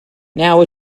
now